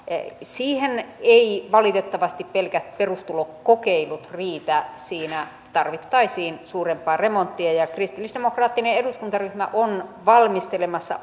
siihen eivät valitettavasti pelkät perustulokokeilut riitä siinä tarvittaisiin suurempaa remonttia kristillisdemokraattinen eduskuntaryhmä on valmistelemassa